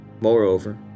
Moreover